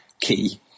key